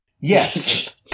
Yes